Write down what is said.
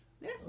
Yes